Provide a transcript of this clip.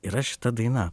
yra šita daina